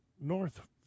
North